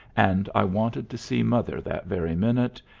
and i wanted to see mother that very minute,